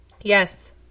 Yes